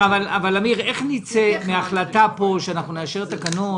אמיר, איך נצא מן ההחלטה פה, כשאנחנו נאשר תקנות,